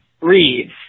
reads